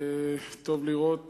טוב לראות